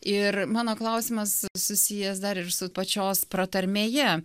ir mano klausimas susijęs dar ir su pačios pratarmėje